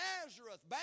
Nazareth